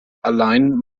allein